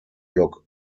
look